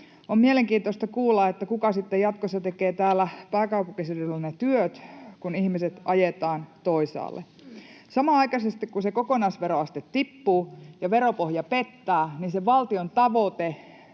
On mielenkiintoista kuulla, kuka sitten jatkossa tekee täällä pääkaupunkiseudulla ne työt, kun ihmiset ajetaan toisaalle. Samanaikaisesti, kun se kokonaisveroaste tippuu ja veropohja pettää, niin se teidän hieno